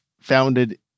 founded